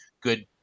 good